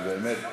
באמת,